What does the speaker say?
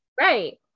Right